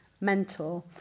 mentor